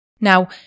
Now